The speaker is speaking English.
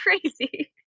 crazy